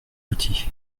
outils